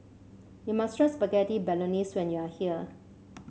you must try Spaghetti Bolognese when you are here